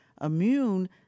immune